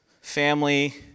family